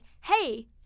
hey